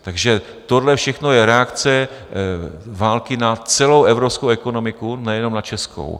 Takže tohle všechno je reakce války na celou evropskou ekonomiku, nejenom na českou.